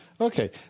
Okay